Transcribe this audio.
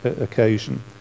occasion